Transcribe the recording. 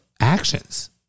Actions